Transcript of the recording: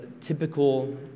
typical